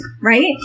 Right